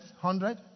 hundred